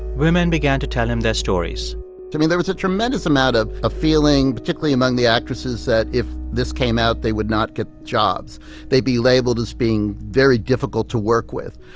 women began to tell him their stories i mean, there was a tremendous amount of of feeling, particularly among the actresses, that if this came out, they would not get jobs they'd be labeled as being very difficult to work with.